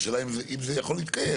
השאלה אם זה יכול להתקיים.